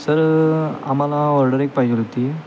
sir आम्हाला order एक पाहिजे होती